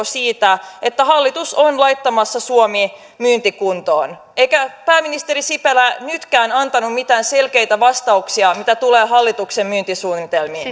siitä että hallitus on laittamassa suomea myyntikuntoon eikä pääministeri sipilä nytkään antanut mitään selkeitä vastauksia mitä tulee hallituksen myyntisuunnitelmiin